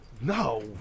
No